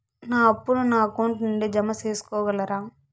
నా అప్పును నా అకౌంట్ నుండి జామ సేసుకోగలరా?